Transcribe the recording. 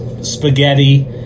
spaghetti